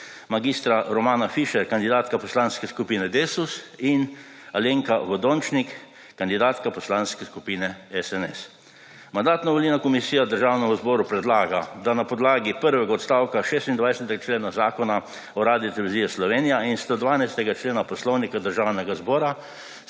mag. Romana Fišer kandidatka Poslanske skupine Desus in Alenka Vodončnik kandidatka Poslanske skupine SNS. Mandatno-volilna komisija Državnemu zboru predlaga, da na podlagi prvega odstavka 26. člena Zakona o Radioteleviziji Slovenija in 112. člena Poslovnika Državnega zbora